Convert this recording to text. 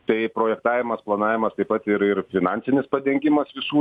tai projektavimas planavimas taip pat ir ir finansinis padengimas visų